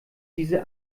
diese